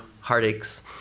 heartaches